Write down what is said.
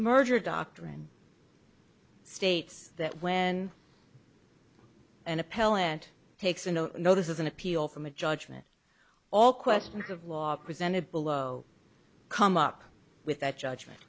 merger doctrine states that when an appellate takes a no no this is an appeal from a judgment all questions of law presented below come up with that judgment